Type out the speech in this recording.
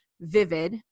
vivid